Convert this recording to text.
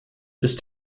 ist